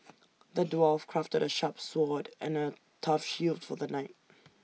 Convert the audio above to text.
the dwarf crafted A sharp sword and A tough shield for the knight